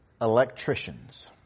electricians